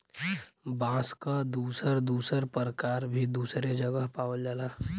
बांस क दुसर दुसर परकार भी दुसरे जगह पावल जाला